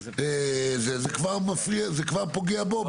זה כבר פוגע בו.